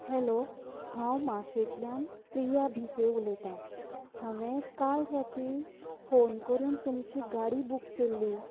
hello हांव माशेंतल्यान प्रिया भिसे उलयता हांवे काल राती फोन करून तुमची गाडी बूक केल्ली